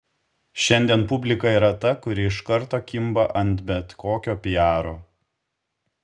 šiandien publika yra ta kuri iš karto kimba ant bet kokio piaro